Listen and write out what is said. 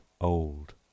old